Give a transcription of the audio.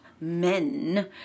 men